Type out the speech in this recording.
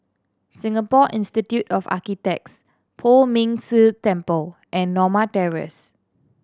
Singapore Institute of Architects Poh Ming Tse Temple and Norma Terrace